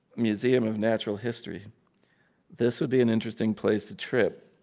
museum of natural history this would be an interesting place to trip.